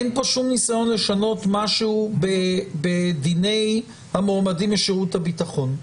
אין פה שום ניסיון לשנות משהו בדיני המועמדים לשירות הביטחון,